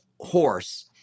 horse